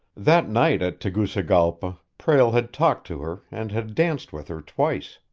that night at tegucigalpa, prale had talked to her and had danced with her twice.